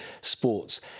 sports